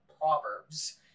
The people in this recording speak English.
Proverbs